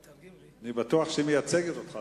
אני בטוח שהיא מייצגת אותך.